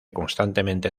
constantemente